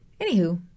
anywho